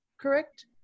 correct